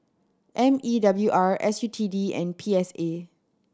M E W R S U T D and P S A